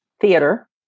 theater